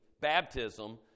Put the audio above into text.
baptism